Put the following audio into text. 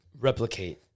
replicate